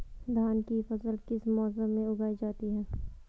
धान की फसल किस मौसम में उगाई जाती है?